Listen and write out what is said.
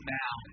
now